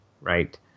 right